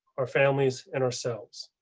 our families, and ourselves.